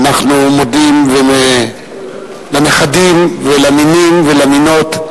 אנחנו מודים לנכדים ולנינים ולנינות,